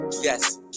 yes